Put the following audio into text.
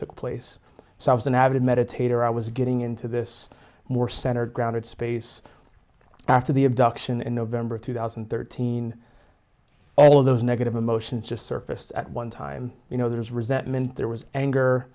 took place so i was an avid meditator i was getting into this more centered grounded space after the abduction in november two thousand and thirteen all of those negative emotions just surfaced at one time you know there's resentment there was anger